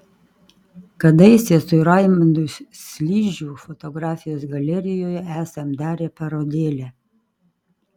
kadaise su raimundu sližiu fotografijos galerijoje esam darę parodėlę